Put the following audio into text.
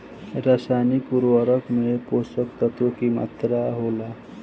रसायनिक उर्वरक में पोषक तत्व की मात्रा होला?